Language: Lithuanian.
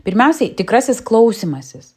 pirmiausiai tikrasis klausymasis